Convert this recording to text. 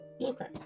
Okay